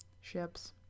ships